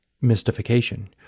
mystification